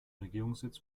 regierungssitz